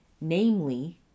Namely